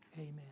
Amen